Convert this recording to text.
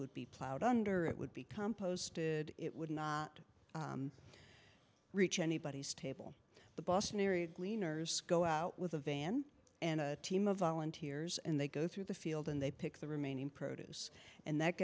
would be plowed under it would be composted it would not reach anybody's table the boston area cleaners go out with a van and a team of volunteers and they go through the field and they pick the remaining produce and that